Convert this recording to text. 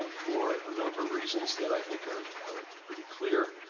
ah for a number of reasons that i think are are pretty clear,